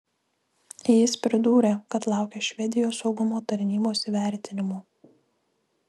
jis pridūrė kad laukia švedijos saugumo tarnybos įvertinimo